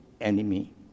enemy